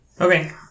Okay